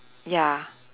ya